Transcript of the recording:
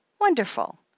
wonderful